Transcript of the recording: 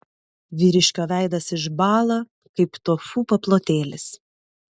vyriškio veidas išbąla kaip tofu paplotėlis